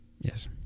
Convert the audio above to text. yes